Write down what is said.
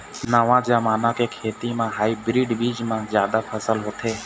नवा जमाना के खेती म हाइब्रिड बीज म जादा फसल होथे